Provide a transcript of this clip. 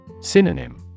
Synonym